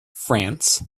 france